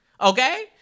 Okay